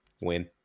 Win